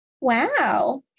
wow